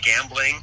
gambling